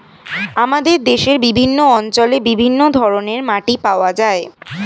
আমাদের দেশের বিভিন্ন অঞ্চলে বিভিন্ন ধরনের মাটি পাওয়া যায়